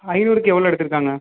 ஐந்நூறுக்கு எவ்வளோ எடுத்துருக்காங்க